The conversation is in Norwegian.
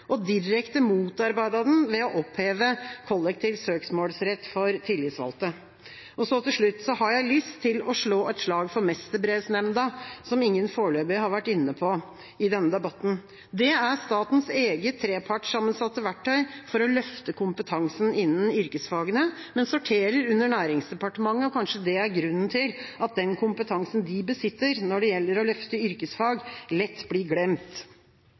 og direkte motarbeidet den ved å oppheve kollektiv søksmålsrett for tillitsvalgte. Til slutt har jeg lyst til å slå et slag for Mesterbrevnemnda som ingen foreløpig har vært inne på i denne debatten. Det er statens eget trepartssammensatte verktøy for å løfte kompetansen innen yrkesfagene, men sorterer under Næringsdepartementet, og kanskje det er grunnen til at den kompetansen de besitter når det gjelder å løfte yrkesfag, lett blir glemt.